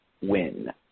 win